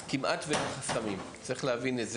אז כמעט ואין חסמים, צריך להבין את זה.